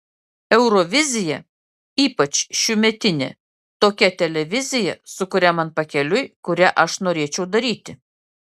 eurovizija ypač šiųmetinė tokia televizija su kuria man pakeliui kurią aš norėčiau daryti